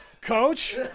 Coach